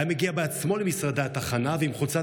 היה מגיע בעצמו למשרדי התחנה עם חולצת